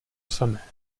samé